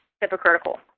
hypocritical